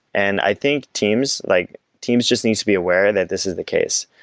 and i think teams, like teams just need to be aware that this is the case.